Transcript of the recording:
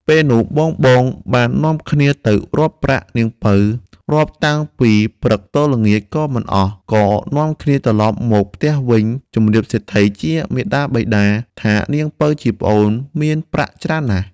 ពេលនោះបងៗបាននាំគ្នាទៅរាប់ប្រាក់នាងពៅ រាប់តាំងពីព្រឹកទល់ល្ងាចក៏មិនអស់ ក៏នាំគ្នាត្រឡប់មកផ្ទះវិញជម្រាបសេដ្ឋីជាមាតាបិតាថានាងពៅជាប្អូនមានប្រាក់ច្រើនណាស់។